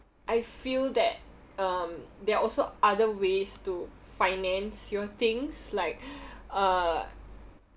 I feel that um there are also other ways to finance your things like uh